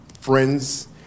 friends